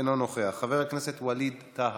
אינו נוכח, חבר הכנסת ווליד טאהא,